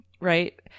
right